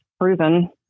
proven